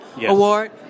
Award